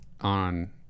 on